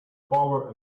power